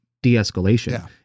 de-escalation